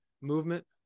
movement